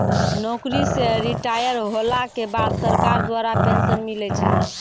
नौकरी से रिटायर होला के बाद सरकार द्वारा पेंशन मिलै छै